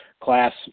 class